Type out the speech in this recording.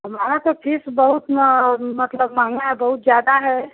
हमारी तो फीस बहुत मतलब महँगा है बहुत ज़्यादा है